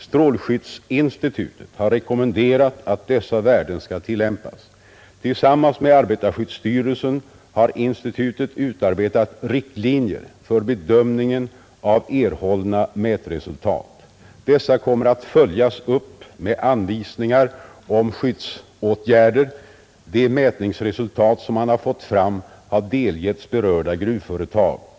Strålskyddsinstitutet har rekommenderat att dessa värden skall tillämpas. Tillsammans med arbetarskyddsstyrelsen har institutet utarbetat riktlinjer för bedömningen av erhållna mätresultat. Dessa kommer att följas upp med anvisningar om skyddsåtgärder. De mätningsresultat som man har fått fram har delgetts berörda gruvföretag.